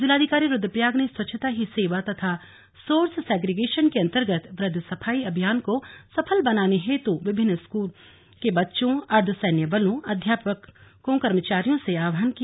जिलाधिकारी रूद्रप्रयाग ने स्वच्छता ही सेवा तथा सोर्स सेग्रीगेशन के अर्न्तगत वृहद सफाई अभियान को सफल बनाने हेतु विभिन्न विद्यालयों के बच्चो अर्ध सैन्य बलों अध्यापको कर्मचारियों से आह्वान किया